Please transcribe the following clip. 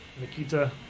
Nikita